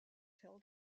held